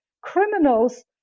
criminals